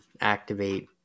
activate